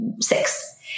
six